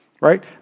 right